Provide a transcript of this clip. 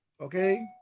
okay